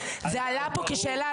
זה עלה פה כשאלה,